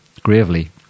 Gravely